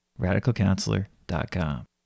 RadicalCounselor.com